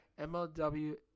MLW